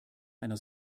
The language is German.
einer